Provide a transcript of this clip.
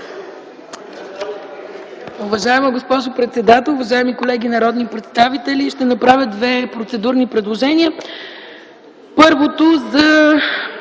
Уважаема госпожо председател, уважаеми колеги народни представители, ще направя две процедурни предложения. Първото за